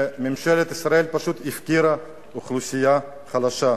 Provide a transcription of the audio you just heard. ממשלת ישראל פשוט הפקירה אוכלוסייה חלשה,